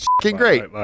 great